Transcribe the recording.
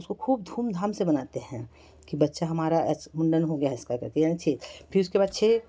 उसको खूब धूम धाम से मनाते हैं कि बच्चा हमारा आज मुंडन हो गया इसका फिर उसके बाद छ